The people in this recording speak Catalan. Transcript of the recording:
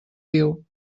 viu